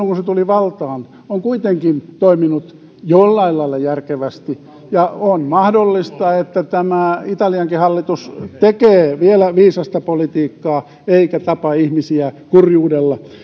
kun se tuli valtaan on kuitenkin toiminut jollain lailla järkevästi ja on mahdollista että tämä italiankin hallitus tekee vielä viisasta politiikkaa eikä tapa ihmisiä kurjuudella